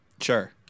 Sure